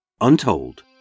untold